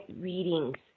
readings